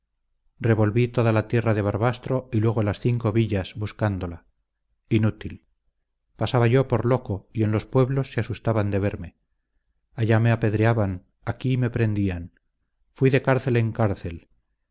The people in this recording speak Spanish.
revolví toda la tierra de barbastro y luego las cinco villas buscándola inútil pasaba yo por loco y en los pueblos se asustaban de verme allá me apedreaban aquí me prendían fui de cárcel en cárcel